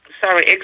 sorry